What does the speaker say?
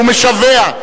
הוא משווע.